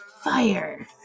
fire